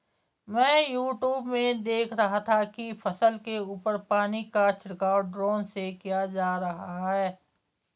मैं यूट्यूब में देख रहा था कि फसल के ऊपर पानी का छिड़काव ड्रोन से किया जा रहा है